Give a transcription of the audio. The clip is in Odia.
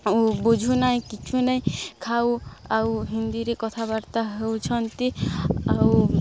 ଓ ବୁଝୁ ନାଇଁ କିଛୁ ନାଇଁ ଖାଉ ଆଉ ହିନ୍ଦୀରେ କଥାବାର୍ତ୍ତା ହେଉଛନ୍ତି ଆଉ